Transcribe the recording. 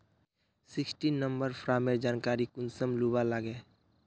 Sixteen number farmer जानकारी कुंसम लुबा लागे?